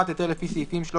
(41)היתר לפי סעיפים 13,